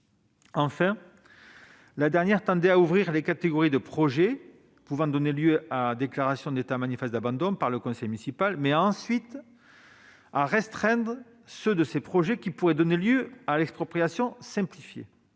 Enfin, la dernière tendait à ouvrir les catégories de projets pouvant donner lieu à déclaration d'état d'abandon manifeste par le conseil municipal, mais à restreindre ensuite ceux de ces projets qui pourraient donner lieu à expropriation simplifiée.